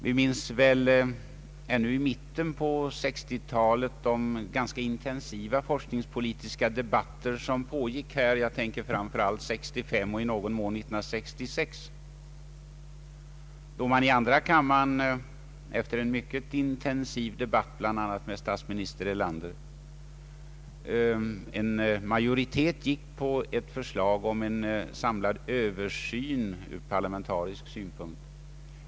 Vi minns de ganska intensiva forskningspolitiska debatter som pågick ännu i mitten av 1960-talet. Jag tänker framför allt på 1965 och i någon mån på 1966. Efter en mycket intensiv debatt i andra kammaren, bl.a. med statsminister Erlander, biföll majoriteten ett förslag om en ur parlamentarisk synpunkt samlad översyn av forskningens inriktning och organisation.